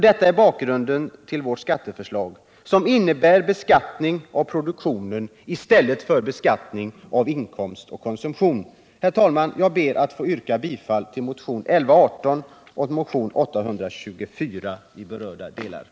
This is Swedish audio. Detta är bakgrunden till vårt skatteförslag, som innebär beskattning av produktionen i stället för av inkomst och konsumtion. Herr talman! Jag ber att få yrka bifall till motionerna 1118 och 824 i berörda delar.